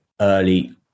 early